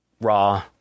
raw